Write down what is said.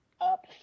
up